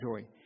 joy